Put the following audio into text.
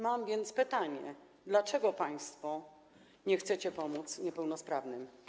Mam więc pytanie: Dlaczego państwo nie chcecie pomóc niepełnosprawnym?